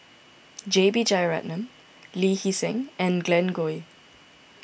J B Jeyaretnam Lee Hee Seng and Glen Goei